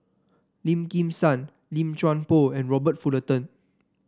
Lim Kim San Lim Chuan Poh and Robert Fullerton